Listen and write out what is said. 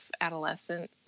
adolescent